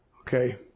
Okay